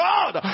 God